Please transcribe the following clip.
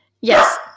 yes